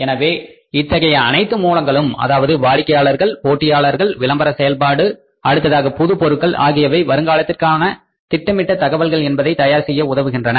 எனவே இத்தகைய அனைத்து மூலங்களும் அதாவது வாடிக்கையாளர்கள் போட்டியாளர்கள் விளம்பர செயல்பாடு அடுத்ததாக புது பொருட்கள் ஆகியவை வருங்காலத்திற்கான திட்டமிட்ட தகவல்கள் என்பதை தயார் செய்ய உதவுகின்றன